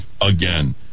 again